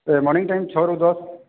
ଏ morning time ଛଅରୁ ଦଶ